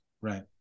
Right